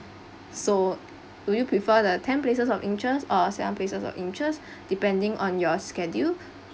so would you prefer the ten places of interest or seven places of interest depending on your schedule